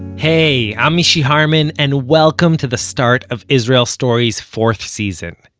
hey, i'm mishy harman, and welcome to the start of israel story's fourth season.